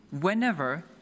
whenever